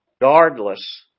Regardless